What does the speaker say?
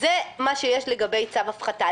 זה מה שיש לגבי צו הפחתה.